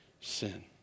sin